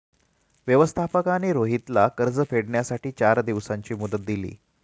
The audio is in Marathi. व्यवस्थापकाने रोहितला कर्ज फेडण्यासाठी चार दिवसांची मुदत दिली